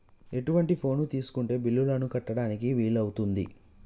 ఎటువంటి ఫోన్ తీసుకుంటే బిల్లులను కట్టడానికి వీలవుతది?